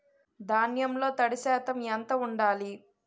ధాన్యంలో తడి శాతం ఎంత ఉండాలి?